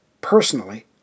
personally